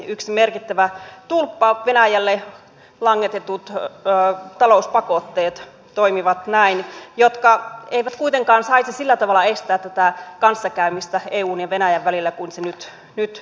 yksi merkittävä tulppa on venäjälle langetut talouspakotteet ne toimivat näin jotka eivät kuitenkaan saisi estää kanssakäymistä eun ja venäjän välillä sillä tavalla kuin ne nyt tekevät